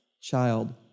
child